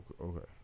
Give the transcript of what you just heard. Okay